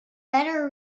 better